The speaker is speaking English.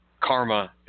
karma